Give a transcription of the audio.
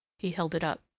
he held it up.